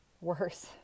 Worse